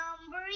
number